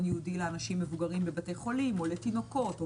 ייעודי לאנשים מבוגרים בבתי חולים או לתינוקות או